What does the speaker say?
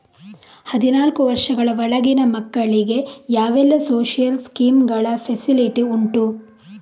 ಹದಿನಾಲ್ಕು ವರ್ಷದ ಒಳಗಿನ ಮಕ್ಕಳಿಗೆ ಯಾವೆಲ್ಲ ಸೋಶಿಯಲ್ ಸ್ಕೀಂಗಳ ಫೆಸಿಲಿಟಿ ಉಂಟು?